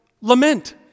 lament